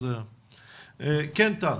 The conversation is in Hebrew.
שלום.